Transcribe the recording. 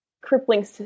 crippling